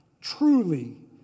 truly